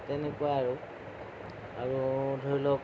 তেনেকুৱা আৰু আৰু ধৰি লওক